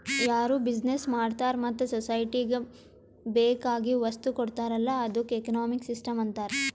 ಯಾರು ಬಿಸಿನೆಸ್ ಮಾಡ್ತಾರ ಮತ್ತ ಸೊಸೈಟಿಗ ಬೇಕ್ ಆಗಿವ್ ವಸ್ತು ಕೊಡ್ತಾರ್ ಅಲ್ಲಾ ಅದ್ದುಕ ಎಕನಾಮಿಕ್ ಸಿಸ್ಟಂ ಅಂತಾರ್